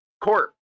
Court